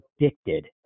addicted